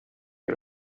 que